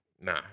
Nah